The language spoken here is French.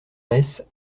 reiss